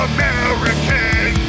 American